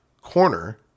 Corner